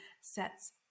sets